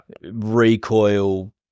Recoil